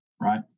right